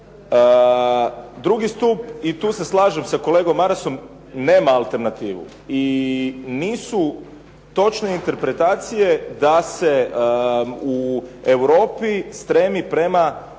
Drugi stup i tu se slažem sa kolegom Marasom nema alternativu i nisu točne interpretacije da se u Europi stremi prema